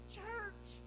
church